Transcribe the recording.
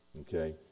okay